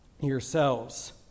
yourselves